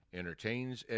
entertains